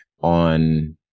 on